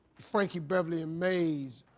frankie beverly and maze.